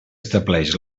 estableix